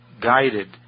guided